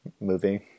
movie